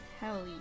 Hell